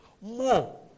more